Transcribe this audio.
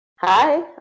Hi